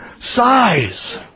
size